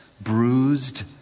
bruised